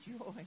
joy